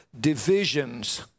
divisions